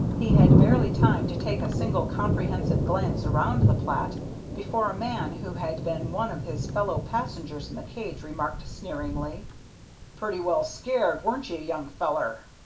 he had barely time to take a single comprehensive glance around the plat before a man who had been one of his fellow-passengers in the cage remarked, sneeringly pretty well scared, wasn't you, young feller?